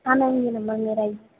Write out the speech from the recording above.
हाँ मैम ये नंबर मेरा ही है